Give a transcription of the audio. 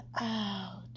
out